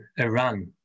Iran